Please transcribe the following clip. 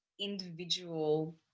individual